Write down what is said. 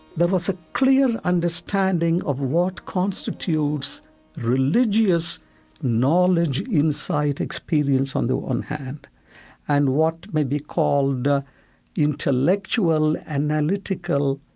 there was a clear understanding of what constitutes religious knowledge inside inside experience on the one hand and what may be called ah intellectual, analytical,